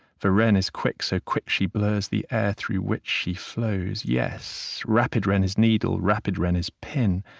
for wren is quick, so quick she blurs the air through which she flows. yes. rapid wren is needle. rapid wren is pin.